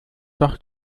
doch